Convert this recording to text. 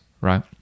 right